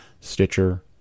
Stitcher